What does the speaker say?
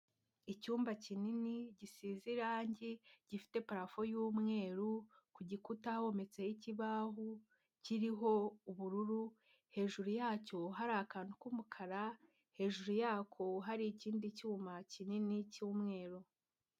Icyumba kinini gisize irange, gifite parafo y'umweru; ku gikuta hometseho ikibaho kiriho ubururu, hejuru yacyo hari akantu k'umukara, hejuru yako hari ikindi cyuma kinini cy'umweru.